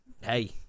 Hey